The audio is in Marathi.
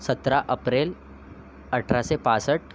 सतरा अप्रैल अठरासे पासठ